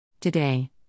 Today